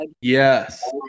Yes